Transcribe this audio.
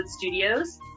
Studios